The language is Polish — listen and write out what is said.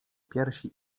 piersi